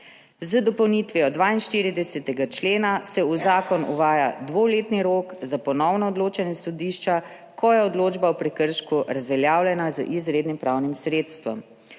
Z dopolnitvijo 42. člena se v zakon uvaja dvoletni rok za ponovno odločanje sodišča, ko je odločba o prekršku razveljavljena z izrednim pravnim sredstvom.